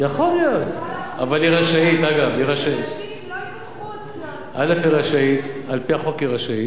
פותחים קבוצה ב"פייסבוק" להחרים את חברת הביטוח,